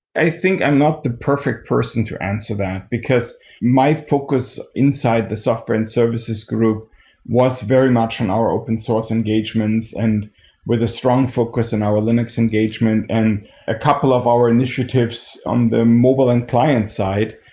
i think i'm not the perfect person to answer that, because my focus inside the software and services group was very much in our open source engagements and with a strong focus in our linux engagement and a couple of our initiatives on the mobile and client-side,